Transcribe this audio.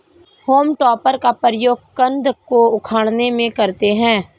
home टॉपर का प्रयोग कन्द को उखाड़ने में करते हैं